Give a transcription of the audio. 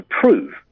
prove